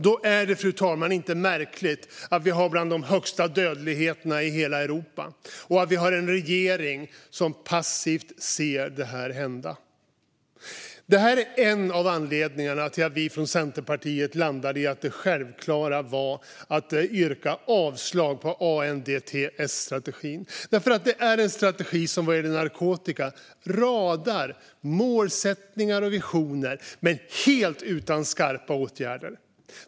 Då är det inte märkligt att vår dödlighet är bland de högsta i hela Europa och att vi har en regering som passivt ser detta hända. Detta är en av anledningarna till att vi i Centerpartiet har landat i att det självklara är att yrka avslag på ANDTS-strategin. Det är en strategi som vad gäller narkotika radar upp målsättningar och visioner helt utan skarpa åtgärder.